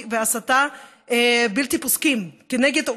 האם אנחנו נוכל להמשיך להרשות שיסוי והסתה בלתי פוסקים כנגד,